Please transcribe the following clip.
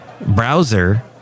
browser